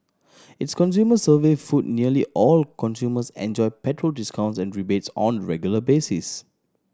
its consumer survey found nearly all consumers enjoy petrol discounts and rebates on a regular basis